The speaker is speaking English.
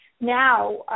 now